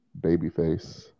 Babyface